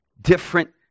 different